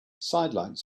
sidelights